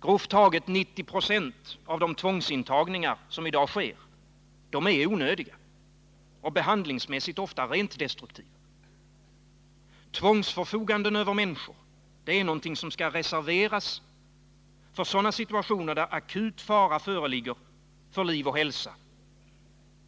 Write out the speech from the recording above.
Grovt taget 90 96 av de tvångsintagningar som i dag sker är onödiga och behandlingsmässigt ofta rent destruktiva. Tvångsförfoganden över människor skall reserveras för situationer, där akut fara föreligger för liv och hälsa